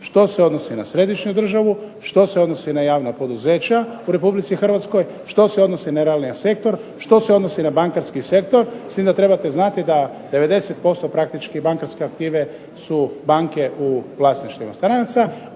što se odnosi na središnju državu, što se odnosi na javna poduzeća Republike Hrvatske, što se odnosi na … sektor, što se odnosi na bankarski sektor, s time da trebate znati da 90% praktički bankarske aktive su banke u vlasništvima stranaca